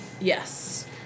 Yes